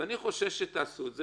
אני חושש שתעשו את זה.